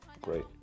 Great